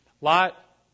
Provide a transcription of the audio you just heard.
Lot